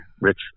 Rich